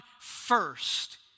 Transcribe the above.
first